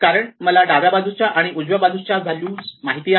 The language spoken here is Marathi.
कारण मला डाव्या बाजूच्या आणि खालच्या बाजूच्या व्हॅल्यू माहिती आहेत